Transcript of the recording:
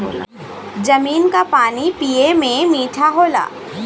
जमीन क पानी पिए में मीठा होला